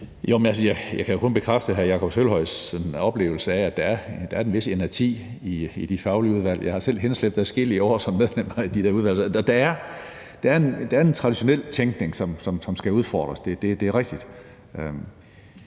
jeg kan jo kun bekræfte hr. Jakob Sølvhøjs oplevelse af, at der er en vis inerti i de faglige udvalg. Jeg har selv henslæbt adskillige år som medlem af de der udvalg, og der er en traditionel tænkning, som skal udfordres. Det er rigtigt.